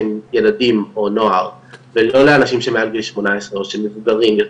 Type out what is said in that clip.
שהם ילדים או נוער ולא לאנשים שהם מעל גיל 18 או שהם מבוגרים יותר,